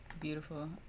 Beautiful